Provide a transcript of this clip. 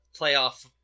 playoff